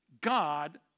God